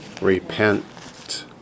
Repent